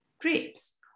grapes